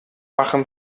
machen